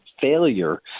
failure